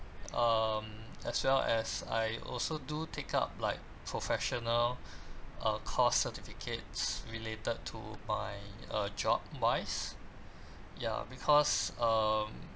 um as well as I also do take up like professional uh course certificates related to my uh job wise ya because um